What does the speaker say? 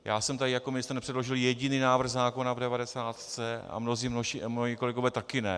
Já jsem tady jako ministr nepředložil jediný návrh zákona v devadesátce a mnozí moji kolegové také ne.